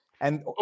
And-